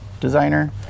designer